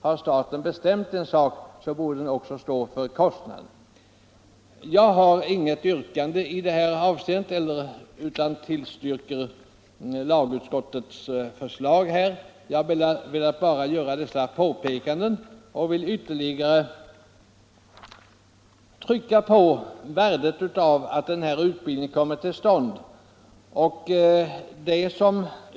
Har staten bestämt en sak borde den också stå för kostnaden. Jag vill gärna trycka på värdet av att den här utbildningen kommer till stånd.